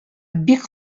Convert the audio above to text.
бик